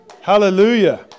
Hallelujah